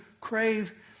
crave